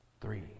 three